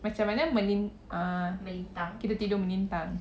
macam mana melin~ uh kita tidur melintang